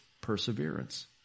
perseverance